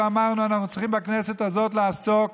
ואמרנו: אנחנו צריכים בכנסת הזאת לעסוק